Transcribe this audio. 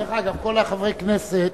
דרך אגב, כל חברי הכנסת,